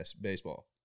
baseball